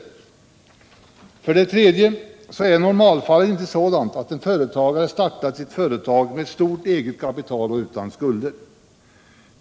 17 december 1977 För det tredje så är normalfallet inte sådant att en företagare startat sitt företag med ett stort eget kapital och utan skulder.